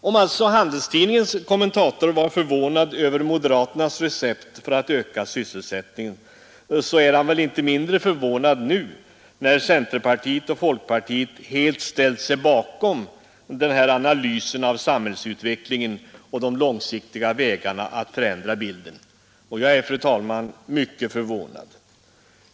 Om alltså Handelstidningens kommentator var förvånad över moderaternas recept för att öka sysselsättningen, är han väl inte mindre förvånad nu när centerpartiet och folkpartiet helt ställt sig bakom denna analys av samhällsutvecklingen och de långsiktiga vägarna att förändra bilden. Jag är, fru talman, mycket förvånad.